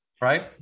right